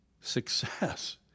success